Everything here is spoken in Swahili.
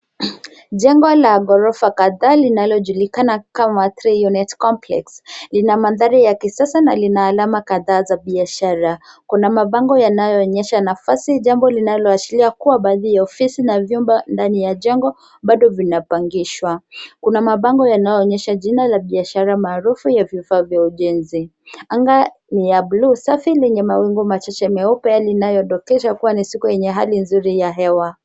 Jengo la ghorofa kadha linalojulikana kama Three unit complex , lina mandhari ya kisasa na lina alama kadhaa za biashara. Kuna mabango yanayoonyesha nafasi jambo linaloashiria kuwa baadhi ya ofisi na vyumba ndani ya jengo bado vinapangishwa. Kuna mabango yanayoonyesha jina ya biashara maarufu ya vifaa vya ujenzi. Anga ni ya blue safi lenye mawingu machache meupe linayodokeza kuwa ni siku yenye hali mzuri ya hewa.